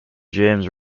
james